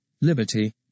liberty